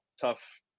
Tough